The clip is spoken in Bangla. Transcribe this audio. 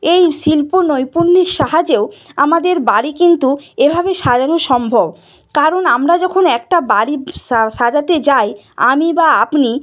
এই শিল্প নৈপুণ্যের সাহায্যেও আমাদের বাড়ি কিন্তু এভাবে সাজানো সম্ভব কারণ আমরা যখন একটা বাড়ি সাজাতে যাই আমি বা আপনি